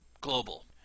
global